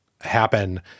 happen